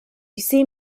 seem